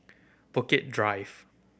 Bukit Drive